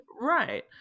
right